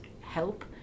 help